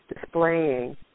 displaying